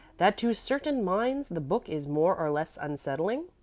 that to certain minds the book is more or less unsettling?